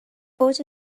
اوج